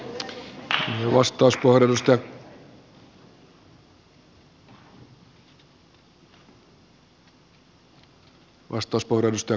ottakaa oppia sdp